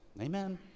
Amen